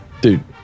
Dude